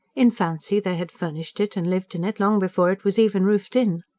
in fancy they had furnished it and lived in it, long before it was even roofed in.